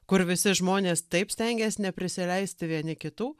kur visi žmonės taip stengias neprisileisti vieni kitų